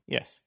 Yes